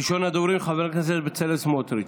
ראשון הדוברים, חבר הכנסת בצלאל סמוטריץ'.